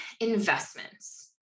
investments